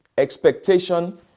Expectation